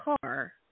car